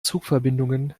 zugverbindungen